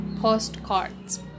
postcards